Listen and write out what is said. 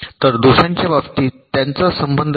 तर दोषांच्या बाबतीत त्याचा संबंध नाही